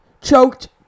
choked